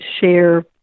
share